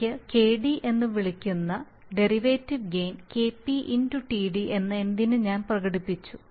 എനിക്ക് KD എന്ന് വിളിക്കാവുന്ന derivative gain KP x TD എന്ന് എന്തിന് ഞാൻ പ്രകടിപ്പിച്ചു